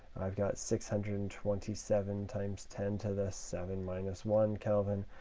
i've got six hundred and twenty seven times ten to the seven minus one kelvin,